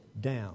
down